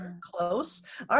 close